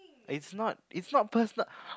it's not it's not personal